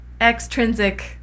extrinsic